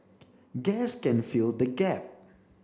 gas can fill the gap